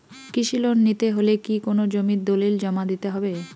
কৃষি লোন নিতে হলে কি কোনো জমির দলিল জমা দিতে হবে?